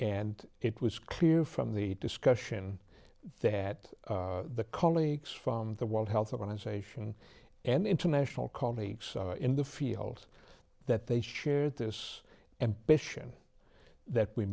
and it was clear from the discussion that the colleagues from the world health organization and international colleagues in the field that they shared this and